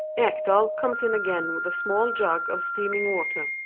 ekdal comes in again with a small jug of steaming water.